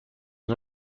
نوع